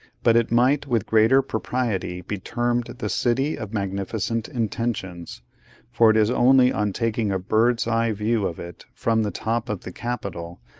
but it might with greater propriety be termed the city of magnificent intentions for it is only on taking a bird's-eye view of it from the top of the capitol,